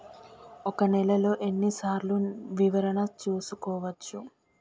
ఒక నెలలో ఎన్ని సార్లు వివరణ చూసుకోవచ్చు?